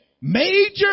major